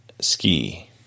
ski